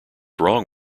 wrong